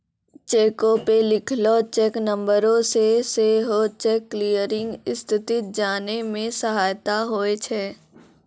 चेको पे लिखलो चेक नंबरो से सेहो चेक क्लियरिंग स्थिति जाने मे सहायता होय छै